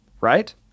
right